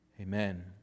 Amen